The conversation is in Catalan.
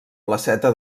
placeta